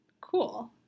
cool